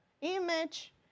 image